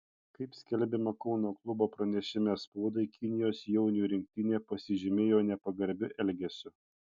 kaip skelbiama kauno klubo pranešime spaudai kinijos jaunių rinktinė pasižymėjo nepagarbiu elgesiu